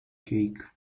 cake